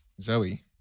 Zoe